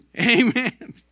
Amen